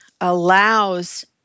allows